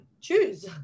choose